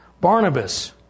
Barnabas